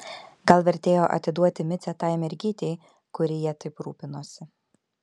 gal vertėjo atiduoti micę tai mergytei kuri ja taip rūpinosi